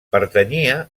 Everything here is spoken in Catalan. pertanyia